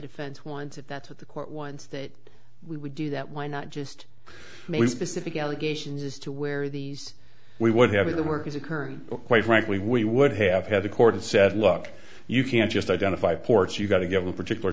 defense wanted that's what the court ones that we would do that why not just maybe specific allegations as to where these we would have the work is occurring quite frankly we would have had the court and said look you can't just identify ports you've got to give a particular